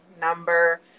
Number